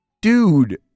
Dude